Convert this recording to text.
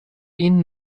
این